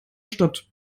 statt